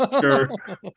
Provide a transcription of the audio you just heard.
Sure